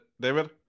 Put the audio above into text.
David